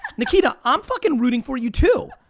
nikita i'm fucking rooting for you too.